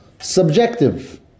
subjective